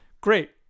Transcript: Great